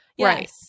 Right